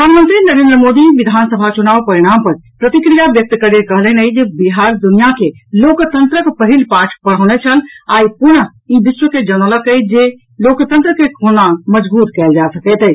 प्रधानमंत्री नरेन्द्र मोदी विधानसभा चुनाव परिणाम पर प्रतिक्रिया व्यक्त करैत कहलनि अछि जे बिहार दुनिया के लोकतंत्रक पहिल पाठ पढ़ौने छल आ आइ पुनः ई विश्व के जनौलक अछि जे लोकतंत्र के कोना मजगूत कयल जा सकैत अछि